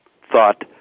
thought